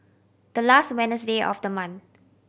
the last Wednesday of the month